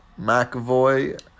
McAvoy